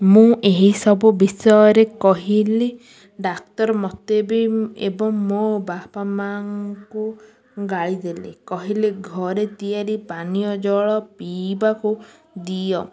ମୁଁ ଏହିସବୁ ବିଷୟରେ କହିଲି ଡାକ୍ତର ମୋତେ ବି ଏବଂ ମୋ ବାପା ମାଆଙ୍କୁ ଗାଳିଦେଲେ କହିଲେ ଘରେ ତିଆରି ପାନୀୟ ଜଳ ପିଇବାକୁ ଦିଅ